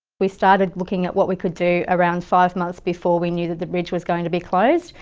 we started looking at what we could do around five months before we knew that the bridge was going to be closed.